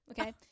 Okay